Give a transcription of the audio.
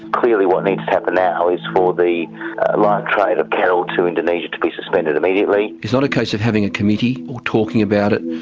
clearly what needs to happen now is for the live trade of cattle to indonesia to be suspended immediatelyandrew wilkie it's not a case of having a committee or talking about it,